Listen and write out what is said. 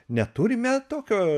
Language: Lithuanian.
neturime tokio